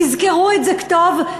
תזכרו את זה טוב,